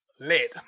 lead